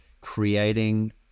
creating